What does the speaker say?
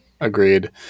Agreed